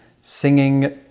singing